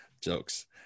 Jokes